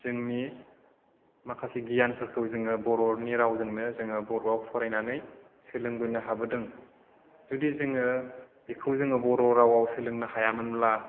जोंनि माखासे गियानफोरखौ जोङो बर'नि रावजोंनो जोङो बर'आव फरायनानै सोलोंबोनो हाबोदों जुदि जोङो बेखौ जोङो बर' रावाव सोलोंनो हायामोनब्ला